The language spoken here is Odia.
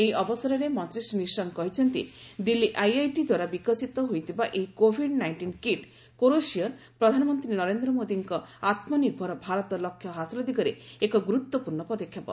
ଏହି ଅବସରରେ ମନ୍ତ୍ରୀ ଶ୍ରୀ ନିଶଙ୍କ କହିଛନ୍ତି ଯେ ଦିଲ୍ଲୀ ଆଇଆଇଟି ଦ୍ୱାରା ବିକଶିତ ହୋଇଥିବା ଏହି କୋଭିଡ୍ ନାଇଷ୍ଟିନ୍ କିଟ୍ 'କରୋସିଓର' ପ୍ରଧାନମନ୍ତ୍ରୀ ନରେନ୍ଦ୍ର ମୋଦୀଙ୍କ ଆତ୍ମନିର୍ଭର ଭାରତ ଲକ୍ଷ୍ୟ ହାସଲ ଦିଗରେ ଏକ ଗୁରୁତ୍ୱପୂର୍ଣ୍ଣ ପଦକ୍ଷେପ